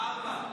ארבע.